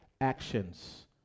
actions